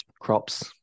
crops